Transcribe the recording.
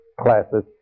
classes